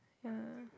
yeah